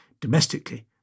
Domestically